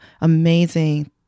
amazing